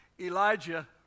Elijah